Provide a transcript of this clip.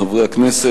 חברי הכנסת,